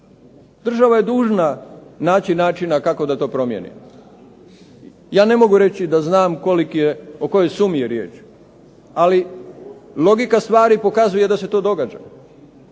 Država je dužna naći načina kako da to promijeni. Ja ne mogu reći da znam o kojoj sumi je riječ, ali logika stvari pokazuje da se to događa,